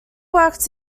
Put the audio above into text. worked